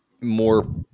more